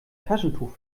taschentuch